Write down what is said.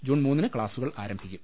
June മൂന്നിന് ക്ലാസുകൾ ആരംഭി ക്കും